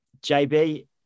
JB